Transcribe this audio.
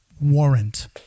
warrant